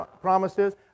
promises